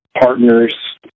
partners